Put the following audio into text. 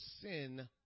sin